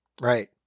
Right